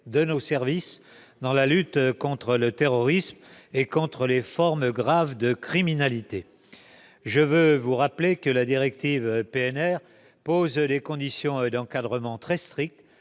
de nos services dans la lutte contre le terrorisme et contre les formes graves de criminalité. Je veux enfin rappeler que la directive PNR prévoit des conditions d'encadrement très strictes,